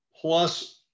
plus